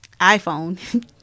iPhone